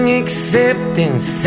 acceptance